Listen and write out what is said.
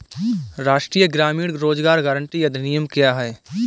राष्ट्रीय ग्रामीण रोज़गार गारंटी अधिनियम क्या है?